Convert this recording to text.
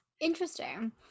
Interesting